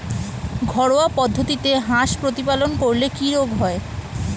ঘরোয়া পদ্ধতিতে হাঁস প্রতিপালন করলে কি কি রোগ হয়?